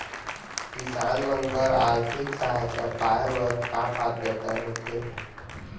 किसान मन बर आर्थिक सहायता पाय बर का पात्रता होथे?